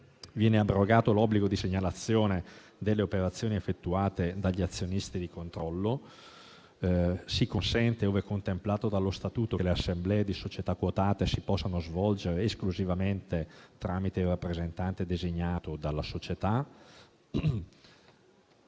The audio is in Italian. Viene abrogato l'obbligo di segnalazione delle operazioni effettuate dagli azionisti di controllo. Si consente, ove contemplato dallo Statuto, che le assemblee di società quotate si possano svolgere esclusivamente tramite il rappresentante designato dalla società.